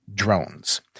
drones